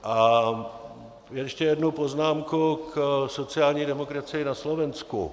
A ještě jednu poznámku k sociální demokracii na Slovensku.